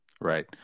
Right